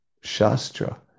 Shastra